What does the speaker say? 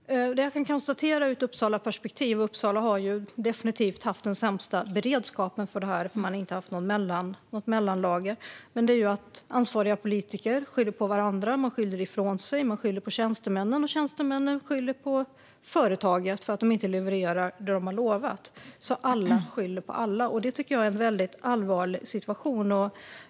Fru talman! Det jag kan konstatera ur ett Uppsalaperspektiv - Uppsala har definitivt haft den sämsta beredskapen för detta, för man har inte haft något mellanlager - är att ansvariga politiker skyller på varandra. Man skyller ifrån sig. Man skyller på tjänstemännen, och tjänstemännen skyller på företaget för att det inte levererat det som det har lovat. Alla skyller på alla. Det tycker jag är en väldigt allvarlig situation.